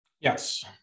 yes